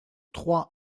trois